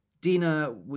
Dina